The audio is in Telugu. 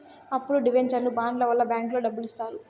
అప్పులు డివెంచర్లు బాండ్ల వల్ల బ్యాంకులో డబ్బులు ఇత్తారు